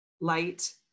light